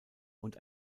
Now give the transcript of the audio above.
und